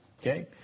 Okay